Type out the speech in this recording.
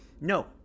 No